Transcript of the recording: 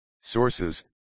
Sources